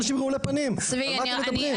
אנשים רעולי פנים על מה אתם מדברים?